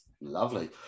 Lovely